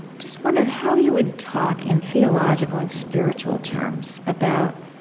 just wonder how you would talk in theological and spiritual terms about